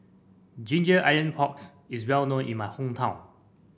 ginger onion porks is well known in my hometown